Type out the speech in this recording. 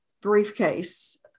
briefcase